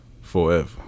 forever